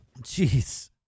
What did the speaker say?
Jeez